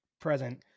present